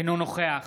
אינו נוכח